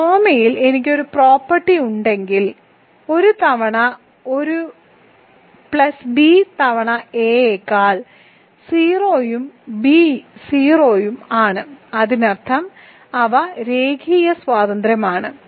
ഒരു കോമയിൽ എനിക്ക് ഒരു പ്രോപ്പർട്ടി ഉണ്ടെങ്കിൽ ഒരു തവണ ഒരു പ്ലസ് ബി തവണ എയേക്കാൾ 0 ഉം ബി 0 ഉം ആണ് അതിനർത്ഥം അവ രേഖീയമായി സ്വതന്ത്രമാണ്